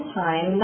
time